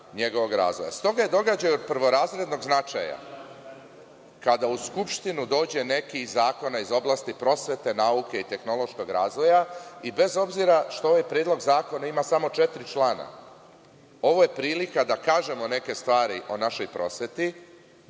je događaj od prvorazrednog značaja kada u Skupštinu dođe neki od zakona iz oblasti prosvete, nauke i tehnološkog razvoja i bez obzira što ovaj predlog zakona ima samo četiri člana, ovo je prilika da kažemo neke stvari o našoj prosveti